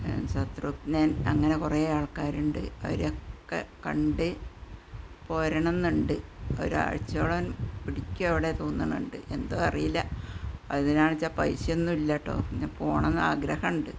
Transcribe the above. സത്രുജ്ഞന് അങ്ങനെ കുറേ ആള്ക്കാരുണ്ട് അവരെയൊക്കെ കണ്ട് പോരണം എന്ന് ഉണ്ട് ഒരാഴ്ചയോളം പിടിക്കും അവിടെ തോന്നുന്നുണ്ട് എന്തോ അറിയില്ല അതിന്നാച്ച പൈസ ഒന്നും ഇല്ലാട്ടോ പിന്നെ പോണം എന്ന് ആഗ്രഹമുണ്ട്